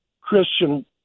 Christian